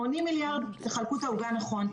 80 מיליארד, תחלקו את העוגה נכון.